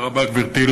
תודה רבה, גברתי.